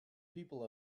people